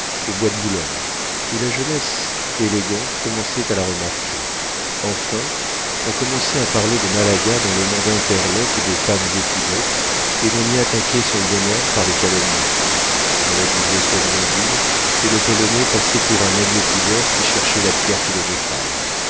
au bois de boulogne où la jeunesse élégante commençait à la remarquer enfin on commençait à parler de malaga dans le monde interlope des femmes équivoques et l'on y attaquait son bonheur par des calomnies on la disait somnambule et le polonais passait pour un magnétiseur qui cherchait la pierre philosophale